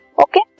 okay